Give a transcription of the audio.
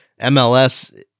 MLS